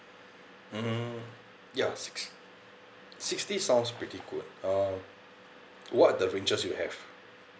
mmhmm ya six sixty sounds pretty good uh what the ranges you have